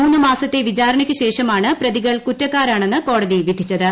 മൂന്നുമാസത്തെ വിചാരണയ്ക്കുശേഷമാണ് പ്രതികൾ കുറ്റക്കാരാണെന്ന് കോടതി വിധിച്ചത്